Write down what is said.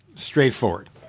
straightforward